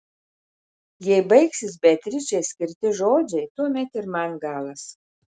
jei baigsis beatričei skirti žodžiai tuomet ir man galas